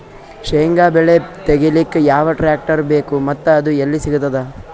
ಶೇಂಗಾ ಬೆಳೆ ತೆಗಿಲಿಕ್ ಯಾವ ಟ್ಟ್ರ್ಯಾಕ್ಟರ್ ಬೇಕು ಮತ್ತ ಅದು ಎಲ್ಲಿ ಸಿಗತದ?